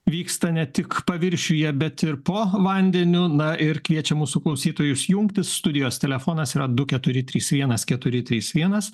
vyksta ne tik paviršiuje bet ir po vandeniu na ir kviečiam mūsų klausytojus jungtis studijos telefonas yra du keturi trys vienas keturi trys vienas